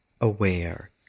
aware